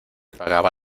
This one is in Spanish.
pagaba